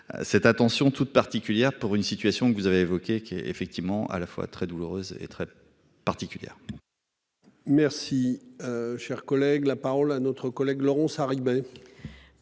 Cette attention toute particulière pour une situation que vous avez évoqué, qui est effectivement à la fois très douloureuse et très particulière. Merci. Cher collègue, la parole à notre collègue Laurence Arribagé.